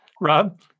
Rob